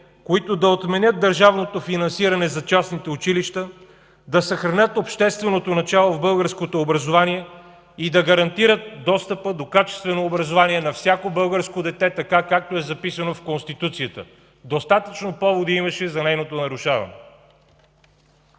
които да отменят държавното финансиране за частните училища, да съхранят общественото начало в българското образование и да гарантират достъпа до качествено образование на всяко българско дете, както е записано в Конституцията – достатъчно поводи имаше за нейното нарушаване.